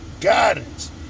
guidance